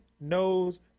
knows